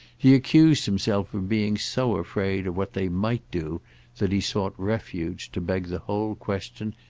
he accused himself of being so afraid of what they might do that he sought refuge, to beg the whole question,